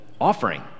offering